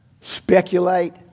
Speculate